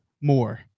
more